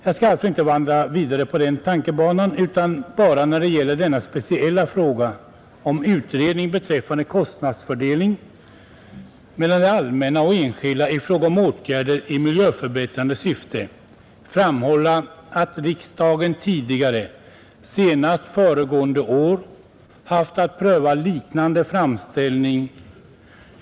Jag skall inte vandra vidare på denna tankebana utan vill bara framhålla, när det gäller denna speciella fråga om utredning beträffande kostnadsfördelningen mellan det allmänna och enskilda i fråga om åtgärder i miljöförbättrande syfte, att riksdagen tidigare, senast föregående år, haft att pröva liknande framställning.